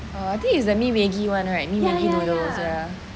oh I think it's the mi Maggi [one] right mi Maggi noodles